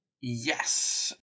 Yes